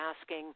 asking